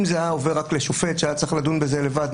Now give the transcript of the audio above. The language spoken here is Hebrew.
אם זה היה עובר רק לשופט שהיה צריך לדון בזה לבד,